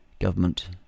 government